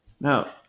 Now